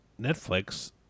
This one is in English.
Netflix